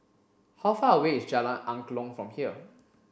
how far away is Jalan Angklong from here